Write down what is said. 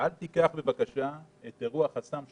ואל תיקח בבקשה את אירוע "חסם שוטר"